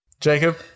Jacob